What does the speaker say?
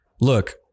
look